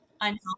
unhealthy